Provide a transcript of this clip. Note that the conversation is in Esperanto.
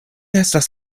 estas